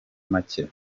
make